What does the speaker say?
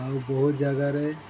ଆଉ ବହୁତ ଜାଗାରେ